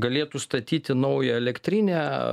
galėtų statyti naują elektrinę